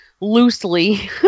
loosely